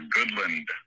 Goodland